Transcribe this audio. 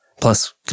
Plus